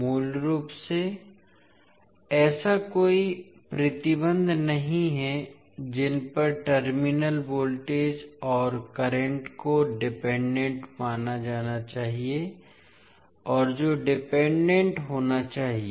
मूल रूप से ऐसे कोई प्रतिबंध नहीं हैं जिन पर टर्मिनल वोल्टेज और करंट को डिपेंडेंट माना जाना चाहिए और जो डिपेंडेंट होना चाहिए